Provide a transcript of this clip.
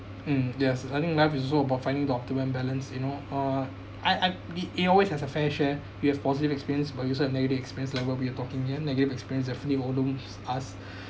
mm yes I think life is also about finding the optimum balance you know uh I it it always has a fair share we have positive experience but we also have negative experience like what we are talking here negative experience definitely will move us